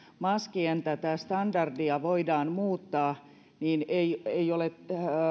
maskien standardia voidaan muuttaa ei ei ole